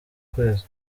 kwezi